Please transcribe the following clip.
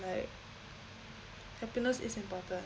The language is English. like happiness is important